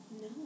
No